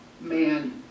man